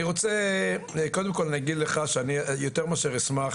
אני רוצה קודם כל להגיד לך שאני יותר מאשר אשמח